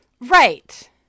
Right